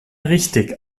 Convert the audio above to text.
richtig